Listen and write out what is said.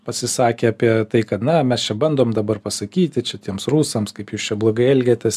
pasisakė apie tai kad na mes čia bandom dabar pasakyti čia tiems rusams kaip jūs čia blogai elgiatės